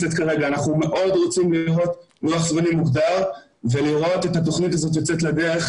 מאוד רוצים לוח זמנים מוגדר ולראות את התכנית הזאת יוצאת לדרך,